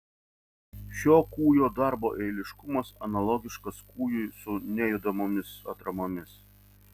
šio kūjo darbo eiliškumas analogiškas kūjui su nejudamomis atramomis